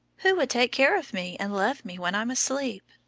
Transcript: who would take care of me and love me when i'm asleep?